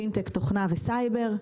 פינטק, תוכנה וסייבר,